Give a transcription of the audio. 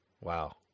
Wow